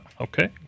okay